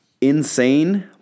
insane